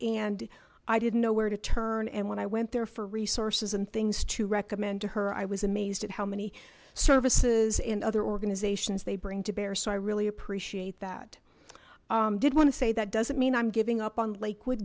and i didn't know where to turn and when i went there for resources and things to recommend to her i was amazed at how many services and other organizations they bring to bear so i really appreciate that i did want to say that doesn't mean i'm giving up on lakewood